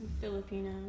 Filipino